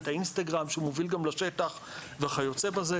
את האינסטגרם שמוביל גם לשטח וכיוצא זה.